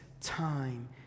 time